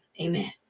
Amen